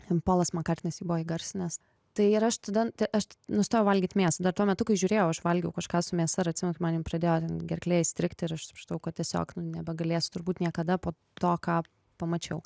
ten polas makartnis jį buvo įgarsinęs tai ir aš tada t nu tai aš nustojau valgyt mėsą dar tuo metu kai žiūrėjau aš valgiau kažką su mėsa ir atsimenu kai man jau pradėjo ten gerklėj strigti ir aš supratau kad tiesiog nebegalėsiu turbūt niekada po to ką pamačiau